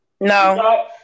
No